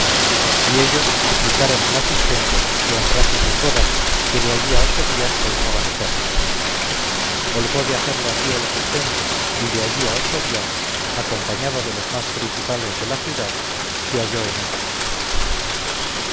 y ellos suplicaron al asistente que honrase sus bodas que de allí a ocho días pensaban hacerlas holgó de hacerlo así el asistente y de allí a ocho días acompañado de los más principales de la ciudad se halló en ellas